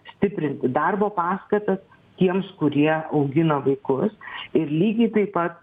stiprinti darbo paskatas tiems kurie augina vaikus ir lygiai taip pat